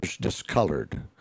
discolored